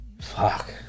Fuck